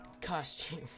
Costume